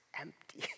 empty